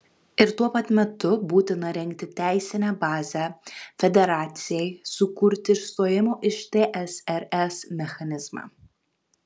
ir tuo pat metu būtina rengti teisinę bazę federacijai sukurti išstojimo iš tsrs mechanizmą